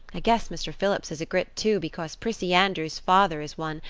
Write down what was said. i guess mr. phillips is a grit too because prissy andrews's father is one,